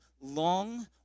long